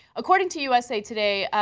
according to usa today,